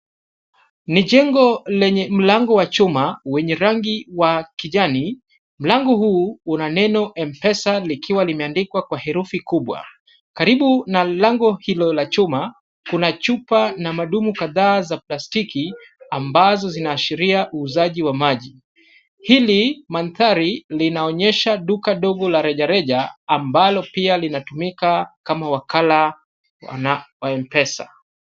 Ni jengo lenye mlango wa chuma, wenye rangi wa kijani. Mlango huu una neno M-Pesa likiwa limeandikwa kwa herufi kubwa. Karibu na lango hilo la chuma kuna chupa na madumu kadhaa za plastiki ambazo zinaashiria uuzaji wa maji. Hili mandhari linaonyesha duka dogo la rejareja ambalo pia linatumika kama wakala wa M-Pesa.